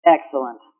Excellent